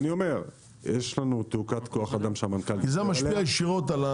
יש לנו תעוקת כוח אדם, שהמנכ"ל